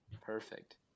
perfect